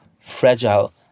fragile